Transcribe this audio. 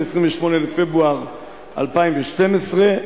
28 בפברואר 2012,